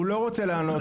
הוא לא רוצה לענות.